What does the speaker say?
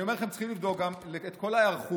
אני אומר לכם שצריכים לבדוק גם את כל ההיערכות.